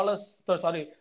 sorry